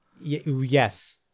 Yes